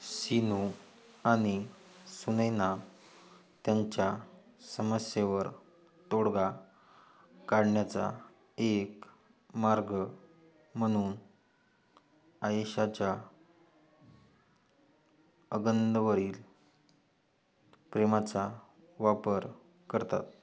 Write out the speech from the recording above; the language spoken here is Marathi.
सीनू आणि सुनैना त्यांच्या समस्येवर तोडगा काढण्याचा एक मार्ग म्हणून आयेशाच्या अगंदवरील प्रेमाचा वापर करतात